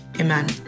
Amen